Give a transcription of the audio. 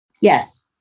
Yes